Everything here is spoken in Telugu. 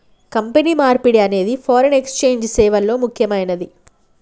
కరెన్సీ మార్పిడి అనేది ఫారిన్ ఎక్స్ఛేంజ్ సేవల్లో ముక్కెమైనది